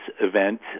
event